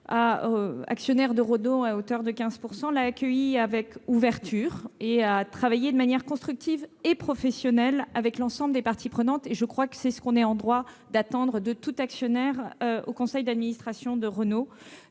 actionnaire de Renault à hauteur de 15 %, l'a accueillie avec ouverture et a travaillé de manière constructive et professionnelle avec l'ensemble des parties prenantes. Je crois que c'est ce qu'on est en droit d'attendre de tout actionnaire au conseil d'administration de Renault.